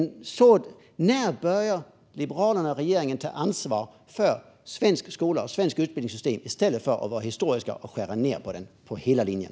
När ska Liberalerna och regeringen börja ta ansvar för svensk skola och svenskt utbildningssystem i stället för att vara historiska och skära ned på dem över hela linjen?